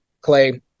Clay